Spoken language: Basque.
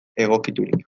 egokiturik